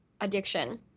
addiction